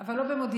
אבל לא במודיעין,